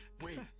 wait